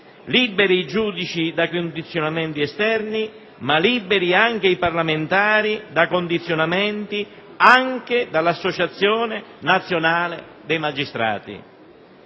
liberi i giudici da condizionamenti esterni, ma liberi anche i parlamentari da condizionamenti anche da parte dell'Associazione nazionale dei magistrati.